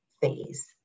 phase